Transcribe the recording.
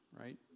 right